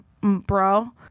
bro